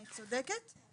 אני צודקת?